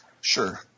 Sure